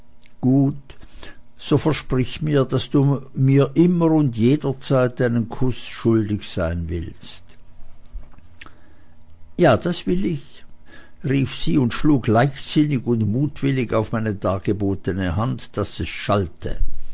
gut so versprich mir daß du mir immer und jederzeit einen kuß schuldig sein willst ja das will ich rief sie und schlug leichtsinnig und mutwillig auf meine dargebotene hand daß es schallte